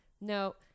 No